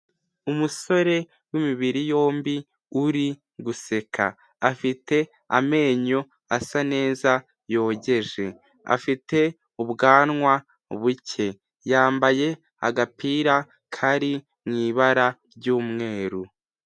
Umusore w'imibiri yombi uri guseka, afite amenyo asa neza yogeje, afite ubwanwa buke, yambaye agapira kari mu ibara ry'umweru.